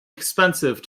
expensive